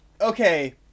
okay